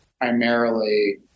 primarily